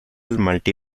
multi